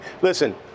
listen